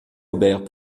aubert